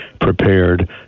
prepared